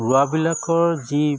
ৰোৱাবিলাকৰ যি